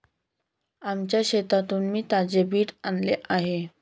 आमच्या शेतातून मी ताजे बीट आणले आहे